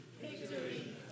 Victory